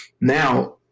Now